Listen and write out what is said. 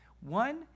One